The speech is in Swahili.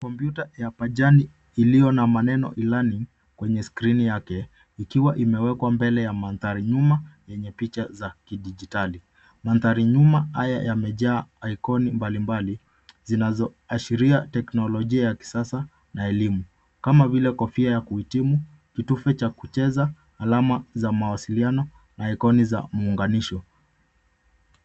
Kompyuta ya pajani yenye maneno yanayoonekana kwenye skrini yake imewekwa mbele ya mandhari ya kidijitali. Mandhari ya nyuma imejaa ikoni mbalimbali zinazoashiria teknolojia ya kisasa na elimu, kama vile kofia ya kuhitimu, kitufe cha kucheza, alama za mawasiliano na ikoni za muunganisho.